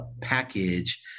package